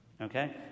okay